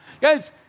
Guys